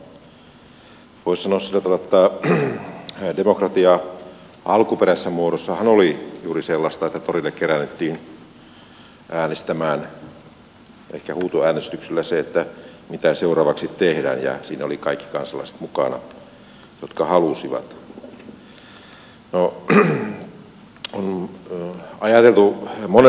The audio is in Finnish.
voisi sanoa sillä tavalla että demokratia alkuperäisessä muodossahan oli juuri sellaista että torille keräännyttiin äänestämään ehkä huutoäänestyksellä siitä mitä seuraavaksi tehdään ja siinä olivat mukana kaikki kansalaiset jotka halusivat